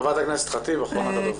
חברת הכנסת ח'טיב, אחרונת הדוברים.